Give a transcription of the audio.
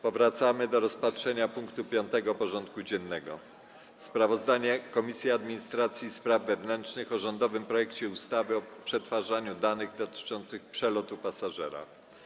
Powracamy do rozpatrzenia punktu 5. porządku dziennego: Sprawozdanie Komisji Administracji i Spraw Wewnętrznych o rządowym projekcie ustawy o przetwarzaniu danych dotyczących przelotu pasażera.